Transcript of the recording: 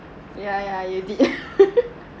yeah yeah you did